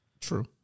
True